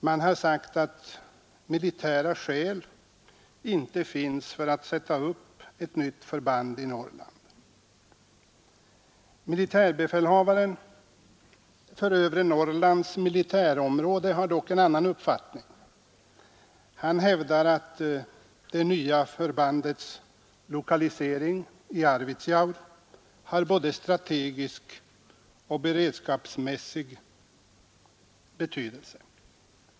Man har sagt att militära skäl inte finns för att sätta upp ett nytt förband i Norrland. Militärbefälhavaren för övre Norrlands militärområde har dock en annan uppfattning. Han hävdar att det nya förbandets lokalisering till Arvidsjaur är både av strategisk och beredskapsmässig betydelse.